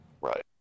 Right